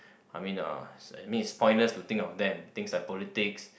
I mean uh mean is pointless to think of them things like politics